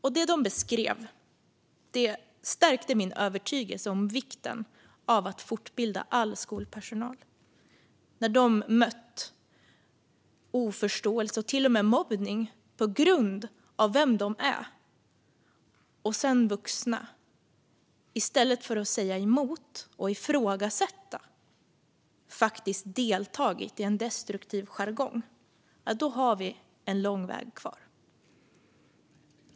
Det de beskrev stärkte min övertygelse om vikten av att fortbilda all skolpersonal. De har mött oförståelse och till och med mobbning på grund av vilka de är. Sedan har vuxna i stället för att säga emot och ifrågasätta faktiskt deltagit i en destruktiv jargong. Då har vi en lång väg kvar.